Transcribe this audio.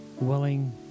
willing